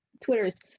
Twitter's